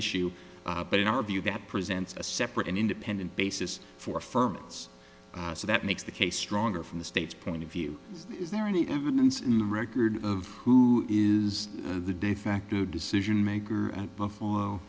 issue but in our view that presents a separate and independent basis for fermat's so that makes the case stronger from the state's point of view is there any evidence in the record of who is the de facto decision maker at buffalo